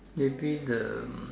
maybe the um